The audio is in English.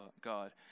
God